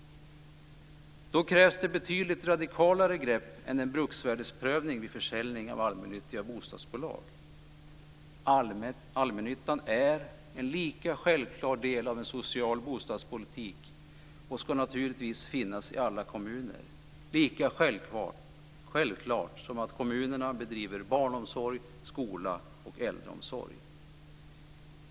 Då krävs det betydligt radikalare grepp än en bruksvärdesprövning vid försäljning av allmännyttiga bostadsbolag. Allmännyttan är en lika självklar del av en social bostadspolitik och ska naturligtvis finnas i alla kommuner. Det är lika självklart som att kommunerna bedriver barnomsorg, skola och äldreomsorg.